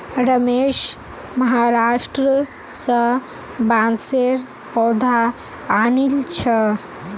रमेश महाराष्ट्र स बांसेर पौधा आनिल छ